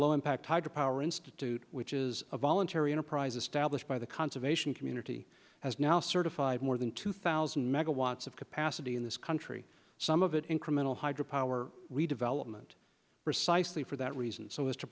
low impact hydro power institute which is a voluntary enterprise established by the conservation community has now certified more than two thousand megawatts of capacity in this country some of it incremental hydro power redevelopment precisely for that reason so as to